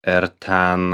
ir ten